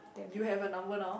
you have her number now